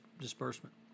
disbursement